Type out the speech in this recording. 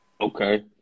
Okay